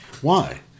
Why